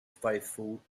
faithful